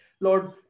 Lord